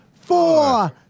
four